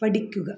പഠിക്കുക